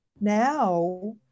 Now